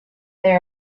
they